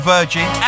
Virgin